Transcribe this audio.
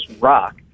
rock